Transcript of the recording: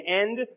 end